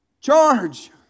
Charge